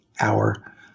hour